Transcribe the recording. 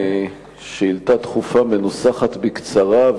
שאילתא דחופה מנוסחת בקצרה,